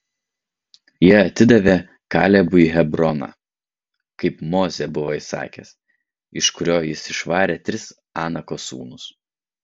jie atidavė kalebui hebroną kaip mozė buvo įsakęs iš kurio jis išvarė tris anako sūnus